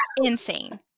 insane